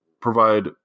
provide